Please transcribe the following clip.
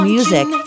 Music